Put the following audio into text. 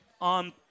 on